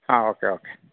ആ okay okay